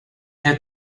had